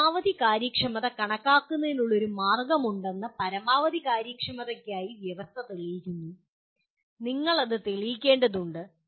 പരമാവധി കാര്യക്ഷമത കണക്കാക്കുന്നതിനുള്ള ഒരു മാർഗ്ഗമുണ്ടെന്ന് പരമാവധി കാര്യക്ഷമതയ്ക്കായി വ്യവസ്ഥ തെളിയിക്കുന്നു നിങ്ങൾ അത് തെളിയിക്കേണ്ടതുണ്ട്